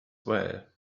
well